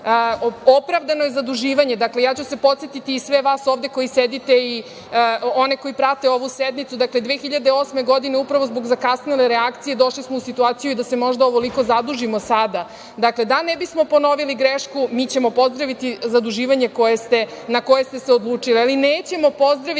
Opravdano je zaduživanje, podsetiću sve one koji ovde sede i one koji prate ovu sednicu, dakle, 2008. godine zbog zakasnele reakcije došli smo u situaciju da se možda ovoliko zadužimo sada. Dakle, da ne bismo ponovili grešku, mi ćemo pozdraviti zaduživanje na koje ste se odlučili, ali nećemo pozdraviti